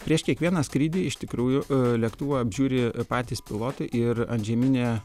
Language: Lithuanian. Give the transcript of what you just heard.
prieš kiekvieną skrydį iš tikrųjų lėktuvą apžiūri patys pilotai ir antžeminė